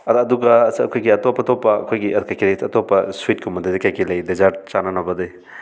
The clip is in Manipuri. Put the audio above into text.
ꯑꯗ ꯑꯗꯨꯒ ꯑꯩꯈꯣꯏꯒꯤ ꯑꯇꯣꯞ ꯑꯇꯣꯞꯄ ꯑꯩꯈꯣꯏꯒꯤ ꯀꯩꯀꯩ ꯑꯇꯣꯞꯄ ꯁ꯭ꯋꯤꯠꯀꯨꯝꯕꯗꯗꯤ ꯀꯩꯀꯩ ꯂꯩ ꯗꯦꯖꯥꯔꯠ ꯆꯥꯅꯅꯕꯗꯤ